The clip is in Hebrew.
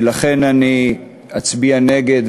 ולכן אני אצביע נגד,